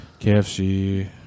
KFC